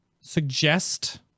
suggest